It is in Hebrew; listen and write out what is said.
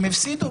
הם הפסידו.